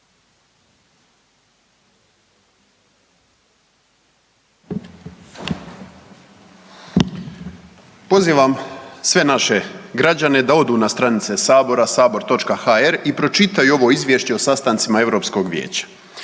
Pozivam sve naše građane da odu na stranice sabora sabor.hr i pročitaju ovo izvješće o sastancima Europskog vijeća.